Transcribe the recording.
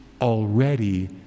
already